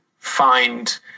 Find